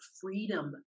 freedom